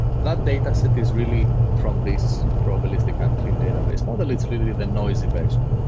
that dataset is really from this probabilistic unclean database model. it's really the noisy version.